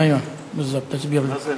איוא, באל-צ'בט, תסביר לה.